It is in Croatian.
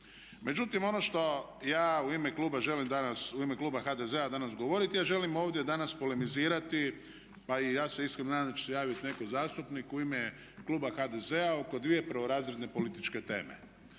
želim danas, u ime kluba HDZ-a danas govoriti, ja želim ovdje danas polemizirati pa i ja se iskreno nadam da će se javiti neki zastupnik u ime kluba HDZ-a oko dvije prvorazredne političke teme.